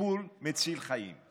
טיפול מציל חיים.